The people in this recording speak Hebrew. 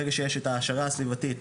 ברגע שיש את ההעשרה הסביבתית,